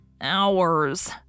Hours